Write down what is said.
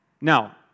Now